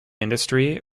industry